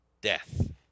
death